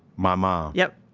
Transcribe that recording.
my mom yup.